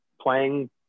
playing